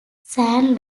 san